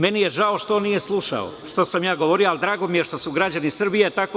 Meni je žao što on nije slušao šta sam ja govorio, ali, drago mi je što su građani Srbije slušali.